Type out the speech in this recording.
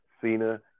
Cena